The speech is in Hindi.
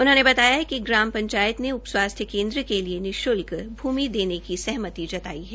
उन्होंने बताया कि ग्राम पंचायत ने उप स्वास्थ्य केन्द्र के लिए निश्ल्क भूमि देने की सहमति जताई है